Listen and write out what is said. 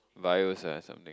VIOS ah or something